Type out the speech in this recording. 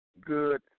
good